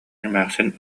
эмээхсин